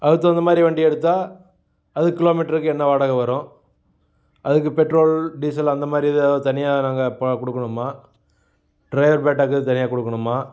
அதுக்கு தகுந்த மாதிரி வண்டி எடுத்தால் அதுக்கு கிலோமீட்டருக்கு என்ன வாடகை வரும் அதுக்கு பெட்ரோல் டீசல் அந்த மாதிரி ஏதாவது தனியாக நாங்கள் கொடுக்கணுமா டிரைவர் பேட்டாவுக்கு தனியாக கொடுக்கணுமா